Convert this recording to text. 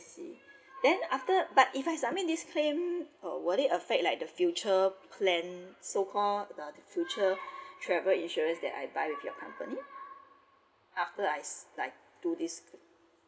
see then after but like if I submit this claim will it affect like the future plan so call travel insurance that I buy with your company after I like do this